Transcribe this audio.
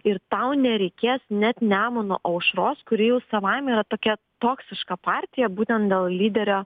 ir tau nereikės net nemuno aušros kuri jau savaime yra tokia toksiška partija būtent dėl lyderio